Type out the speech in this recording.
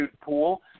pool